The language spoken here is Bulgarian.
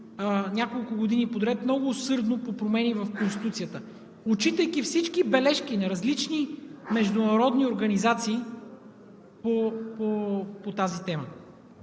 няколко години подред много усърдно по промени в Конституцията, отчитайки всички бележки на различни международни организации по тази тема!